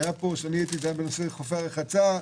שהיה פה היה סביב חופי הרחצה.